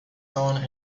son